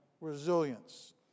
resilience